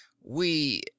We—